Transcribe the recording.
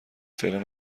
فعلا